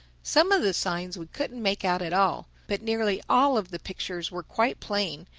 some of the signs we couldn't make out at all but nearly all of the pictures were quite plain,